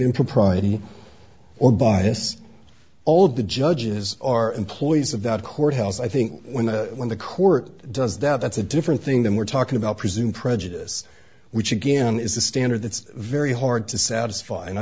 impropriety or bias all of the judges are employees of that courthouse i think when the when the court does that that's a different thing than we're talking about presume prejudice which again is a standard that's very hard to satisfy and i